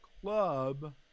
club